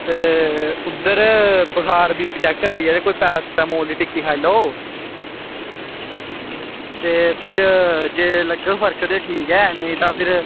ते उध्दर बखार चैक कराईयै कोई पैरासिटामोल दी टिक्की खाई लैओ ते फिर जे लग्गग फर्क ते ठीक ऐ नेंई ते फिर